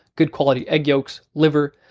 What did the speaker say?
good quality egg yolks, liver,